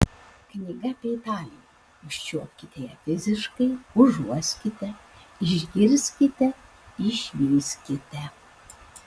knyga apie italiją užčiuopkite ją fiziškai užuoskite išgirskite išvyskite